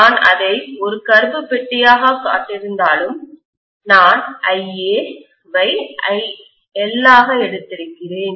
நான் அதை ஒரு கருப்பு பெட்டியாகக் காட்டியிருந்தாலும் நான் IA வை IL ஆகஎடுத்திருக்கிறேன்